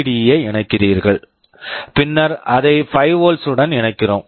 D LED ஐ இணைக்கிறீர்கள் பின்னர் அதை 5 வோல்ட்ஸ் volts உடன் இணைக்கிறோம்